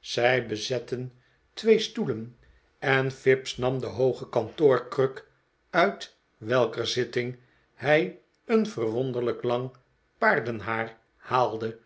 zij bezetten twee stoelen en fips nam de hooge kantoorkruk uit welker zitting hij een verwonderlijk lang paardenhaar haaide